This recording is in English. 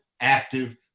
active